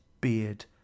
Beard